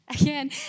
again